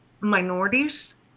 minorities